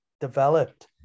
developed